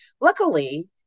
Luckily